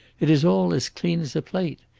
it is all as clean as a plate.